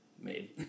made